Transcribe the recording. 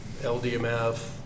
LDMF